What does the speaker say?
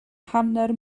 hanner